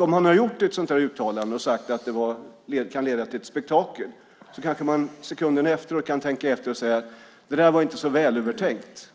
Om han hade gjort ett sådant uttalande och sagt att det kan leda till ett spektakel kanske han sekunden efteråt kan tänka efter och säga: Det var inte så välövertänkt.